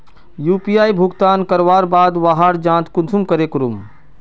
UPI भुगतान करवार बाद वहार जाँच कुंसम करे करूम?